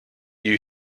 you